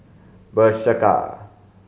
Bershka